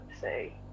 say